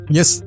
Yes